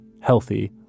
healthy